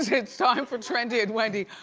it's time for trendy at wendy.